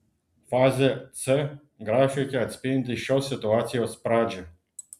fazė c grafike atspindi šios situacijos pradžią